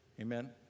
amen